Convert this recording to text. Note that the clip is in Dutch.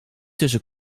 tussen